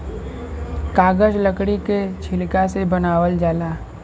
कागज लकड़ी के छिलका से बनावल जाला